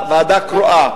ועדה קרואה.